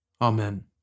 Amen